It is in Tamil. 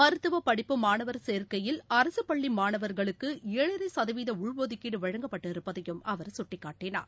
மருத்துவப் படிப்பு மாணவர் சேர்க்கையில் அரசுப் பள்ளிமாணவர்களுக்குழரைசதவீதஉள்ஒதுக்கீடுவழங்கப்பட்டிருப்பதையும் அவர் சுட்டிக்காட்டினார்